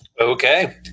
Okay